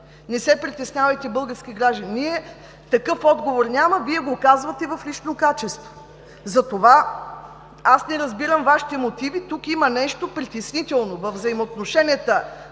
Не се притеснявайте, български граждани!“ Такъв отговор няма. Вие го казвате в лично качество. Затова аз не разбирам Вашите мотиви. Тук има нещо притеснително във взаимоотношенията: